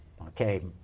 Okay